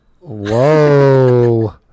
Whoa